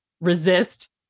resist